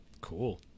Cool